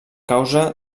causa